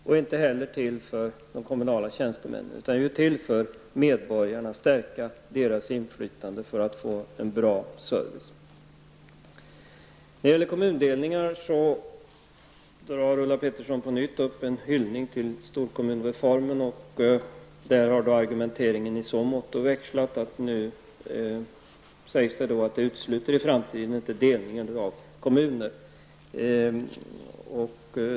Den är inte heller till för de kommunala tjänstemännen. Den är till för att stärka medborgarnas inflytande och skapa en bra service. När det gäller kommundelningar ger Ulla Pettersson på nytt en hyllning till storkommunreformen. Där har argumenteringen i så måtto växlat att man nu säger att man inte utesluter delningar av kommuner i framtiden.